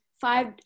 five